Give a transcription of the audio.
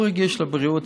הוא רגיש לבריאות.